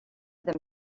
them